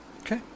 Okay